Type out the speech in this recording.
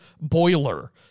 boiler